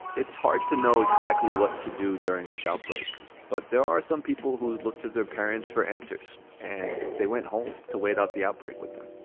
it's hard to know exactly what to do during this outbreak, but there are some people who had looked to their parents for answers and they went home to wait out the outbreak with them.